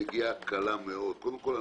בנגיעה קלה מאוד: קודם כול,